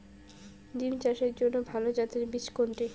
বিম চাষের জন্য ভালো জাতের বীজ কোনটি?